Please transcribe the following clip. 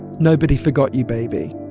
nobody forgot you, baby